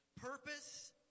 purpose